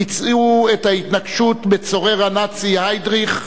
ביצעו את ההתנקשות בצורר הנאצי היידריך,